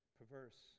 perverse